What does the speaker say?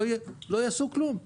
לא יעשו כלום,